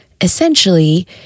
Essentially